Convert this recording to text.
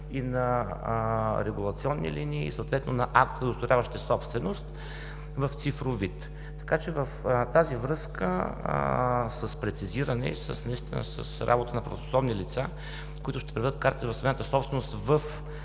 и на регулационни линии, съответно на актове, удостоверяващи собственост в цифров вид. В тази връзка с прецизиране и наистина с работа на правоспособни лица, които ще преведат картата на възстановената собственост в